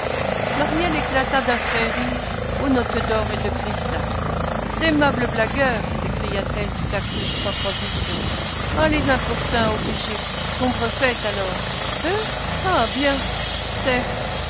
maryelle éclata d'un frais rire aux notes d'or et de cristal d'aimables blagueurs s'écria-t-elle tout à coup sans transition ah les importuns obligés sombre fête alors eux ah bien certes